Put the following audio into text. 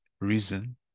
reason